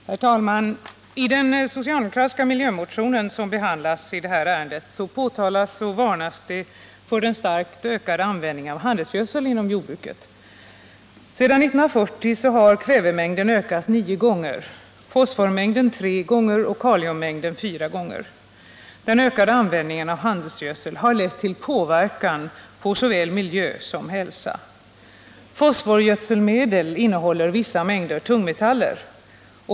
Herr talman! I den socialdemokratiska miljömotion som delvis behandlas i detta ärende påtalas och varnas för den starkt ökade användningen av handelsgödsel inom jordbruket. Sedan 1940 har kvävemängden ökat nio gånger, fosformängden tre gånger och kaliummängden fyra gånger. Den ökade användningen av handelsgödsel har lett till påverkan på såväl miljö som hälsa. Fosforgödselmedel innehåller vissa mängder tungmetaller.